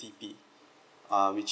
T_P uh which is traffic police